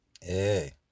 hey